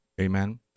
amen